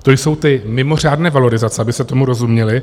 To jsou ty mimořádné valorizace, abyste tomu rozuměli.